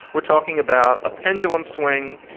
we're talking about a pendulum swing.